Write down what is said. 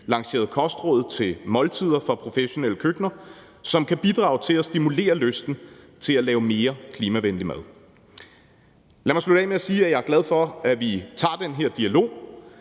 lanceret »Kostråd til Måltider« for professionelle køkkener, som kan bidrage til at stimulere lysten til at lave mere klimavenlig mad. Lad mig slutte af med sige, at jeg er glad for, at vi tager den her dialog,